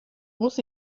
muss